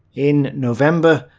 in november,